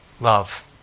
love